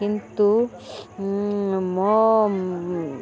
କିନ୍ତୁ ମୋ